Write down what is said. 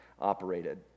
operated